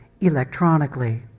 electronically